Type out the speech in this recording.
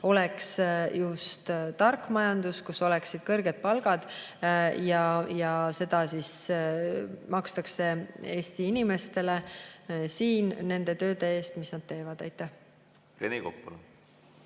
oleks just tark majandus, kus oleksid kõrged palgad ja seda palka makstaks Eesti inimestele siin nende tööde eest, mida nad teevad. Rene Kokk,